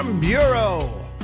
Bureau